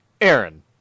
aaron